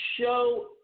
show